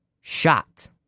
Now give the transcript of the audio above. shot